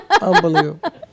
Unbelievable